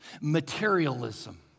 Materialism